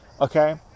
Okay